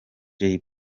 jay